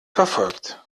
verfolgt